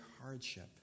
hardship